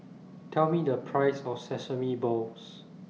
Tell Me The Price of Sesame Balls